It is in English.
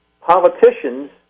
politicians